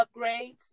upgrades